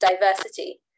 diversity